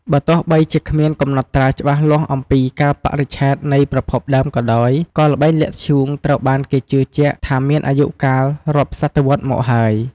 បើទោះបីជាគ្មានកំណត់ត្រាច្បាស់លាស់អំពីកាលបរិច្ឆេទនៃប្រភពដើមក៏ដោយ ក៏ល្បែងលាក់ធ្យូងត្រូវបានគេជឿជាក់ថាមានអាយុកាលរាប់សតវត្សរ៍មកហើយ។